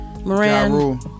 Moran